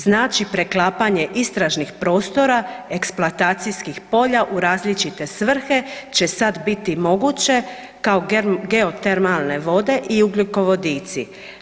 Znači preklapanje istražnih prostora, eksploatacijskih polja u različite svrhe će sada biti moguće kao geotermalne vode i ugljikovodici.